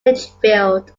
litchfield